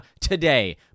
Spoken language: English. today